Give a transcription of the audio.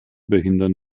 behindern